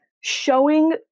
showing